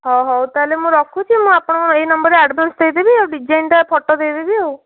ହଉ ହଉ ତା'ହେଲେ ମୁଁ ରଖୁଛି ମୁଁ ଆପଣଙ୍କୁ ଏହି ନମ୍ବରରେ ଆଡ଼ଭାନ୍ସ୍ ଦେଇଦେବି ଆଉ ଡିଜାଇନଟା ଫଟୋ ଦେଇଦେବି ଆଉ